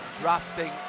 drafting